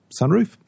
sunroof